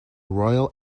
royal